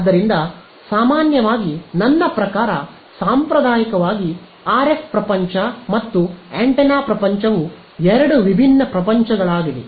ಆದ್ದರಿಂದ ಸಾಮಾನ್ಯವಾಗಿ ನನ್ನ ಪ್ರಕಾರ ಸಾಂಪ್ರದಾಯಿಕವಾಗಿ ಆರ್ಎಫ್ ಪ್ರಪಂಚ ಮತ್ತು ಆಂಟೆನಾ ಪ್ರಪಂಚವು ಎರಡು ವಿಭಿನ್ನ ಪ್ರಪಂಚಗಳಾಗಿವೆ